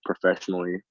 professionally